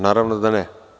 Naravno da ne.